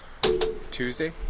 Tuesday